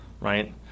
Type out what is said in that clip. right